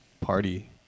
party